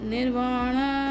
Nirvana